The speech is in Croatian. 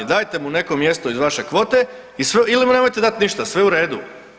Dajte mi neko mjesto iz vaše kvote ili mu nemojte dati ništa, sve u redu.